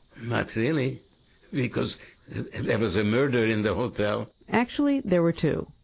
not really because there was a murder in the hotel. actually, there were two,